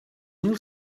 mil